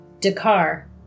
Dakar